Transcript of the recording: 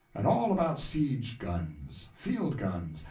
and all about siege guns, field guns,